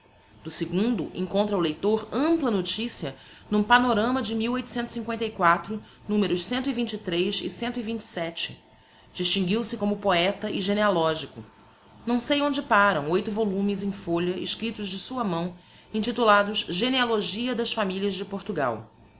do segundo encontra o leitor ampla noticia no panorama de numero distinguiu-se como poeta e genealogico não sei onde param oito volumes em folha escriptos de sua mão intitulados genealogia das familias de portugal